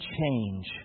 change